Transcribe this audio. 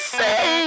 say